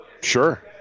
sure